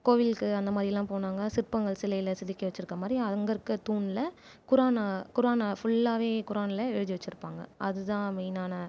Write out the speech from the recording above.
கோவிலுக்கு அந்தமாதிரியலா போனாங்க சிற்பங்கள் சிலையில் செதுக்கி வச்சிருக்கமாதிரி அங்கே இருக்க தூணில் குரான் குரானை ஃபுல்லாகவே குரானில் எழுதிவச்சுருப்பாங்க அது தான் மெய்ன்னான